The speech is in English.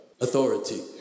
Authority